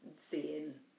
seeing